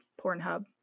Pornhub